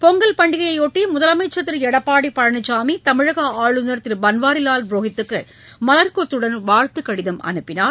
பொங்கல் பண்டிகையையாட்டி முதலமைச்ச் திரு எடப்பாடி பழனிசாமி தமிழக ஆளுநா் திரு பன்வாரிலால் புரோஹித்துக்கு மலா்கொத்துடன் வாழ்த்துக் கடிதம் அனுப்பினார்